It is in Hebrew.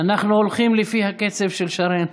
אנחנו הולכים לפי הקצב של שרן.